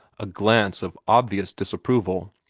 a glance of obvious disapproval.